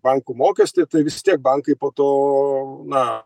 bankų mokestį tai vis tiek bankai po to na